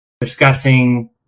discussing